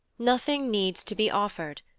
nothing needs to be offered,